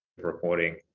reporting